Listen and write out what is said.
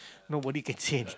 nobody can say any~